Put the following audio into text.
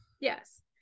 yes